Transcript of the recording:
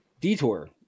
detour